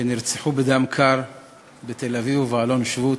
שנרצחו בדם קר בתל-אביב ובאלון-שבות,